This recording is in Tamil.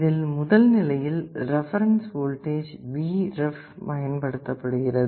இதில் முதல் நிலையில் ரெபரன்ஸ் வோல்டேஜ் Vref பயன்படுத்தப்படுகிறது